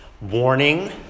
warning